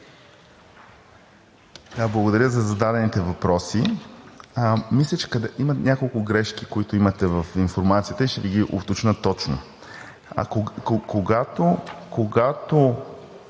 Благодаря за зададените въпроси. Мисля, че има няколко грешки, които имате в информацията, и ще Ви ги уточня точно. Когато